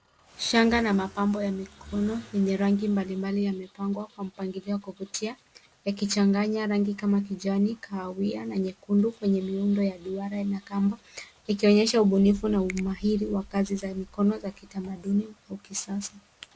Shanga na mapambo ya mikono enye rangi mbalimbali yamepangwa kwa mpangilio wa kuvutia yakichanganya rangi kama kijani, kahawia na nyekundu kwenye miundo ya duara na kamba ikionyesha ubunifu na umahiri wa kazi za mikono za kitamaduni wa kisasa.